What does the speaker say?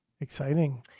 Exciting